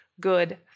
good